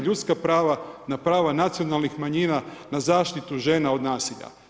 ljudska prava, na prava nacionalna manjina, na zaštitu žena od nasilja.